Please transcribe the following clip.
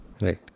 Right